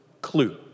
clue